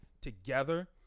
together